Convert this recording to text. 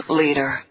leader